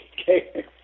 okay